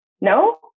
No